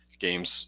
Games